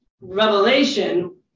Revelation